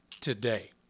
today